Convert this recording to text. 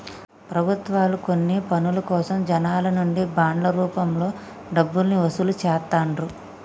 ప్రభుత్వాలు కొన్ని పనుల కోసం జనాల నుంచి బాండ్ల రూపంలో డబ్బుల్ని వసూలు చేత్తండ్రు